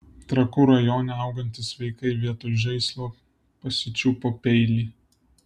trakų rajone augantys vaikai vietoj žaislo pasičiupo peilį